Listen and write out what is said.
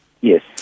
Yes